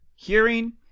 hearing